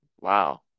Wow